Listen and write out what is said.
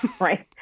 right